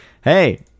Hey